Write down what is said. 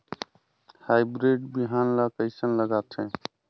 Hybrid बिहान ला कइसन लगाथे?